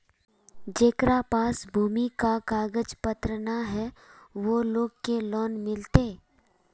जेकरा पास भूमि का कागज पत्र न है वो लोग के लोन मिलते?